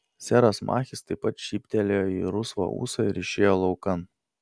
seras machis taip pat šyptelėjo į rusvą ūsą ir išėjo laukan